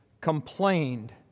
complained